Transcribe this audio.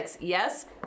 Yes